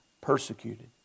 persecuted